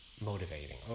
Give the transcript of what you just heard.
motivating